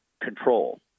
control